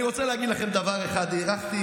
אני רוצה להגיד לכם דבר אחד, הארכתי